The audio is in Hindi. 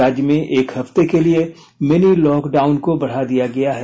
राज्य में एक हफ्ते के लिए मिनी लॉकडाउन को बढ़ा दिया गया है